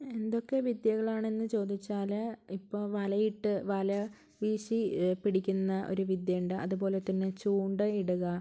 എന്തൊക്കെ വിദ്യകളാണെന്ന് ചോദിച്ചാൽ ഇപ്പോൾ വലയിട്ട് വല വീശി പിടിക്കുന്ന ഒരു വിദ്യയുണ്ട് അതുപോലെ തന്നെ ചൂണ്ട ഇടുക